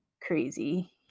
crazy